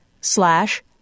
slash